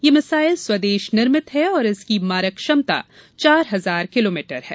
यह मिसाइल स्वदेश निर्मित है और इसकी मारक क्षमता चार हजार किलोमीटर है